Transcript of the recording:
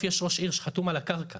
שחתום על הקרקע